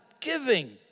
giving